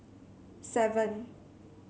seven